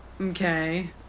Okay